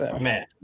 Man